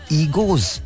egos